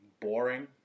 boring